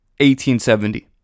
1870